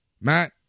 Matt